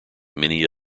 many